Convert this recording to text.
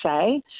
say